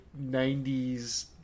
90s